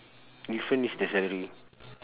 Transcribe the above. different is the salary